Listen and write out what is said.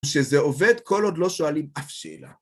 כשזה עובד, כל עוד לא שואלים אף שאלה.